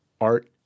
art